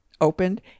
opened